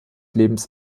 lebens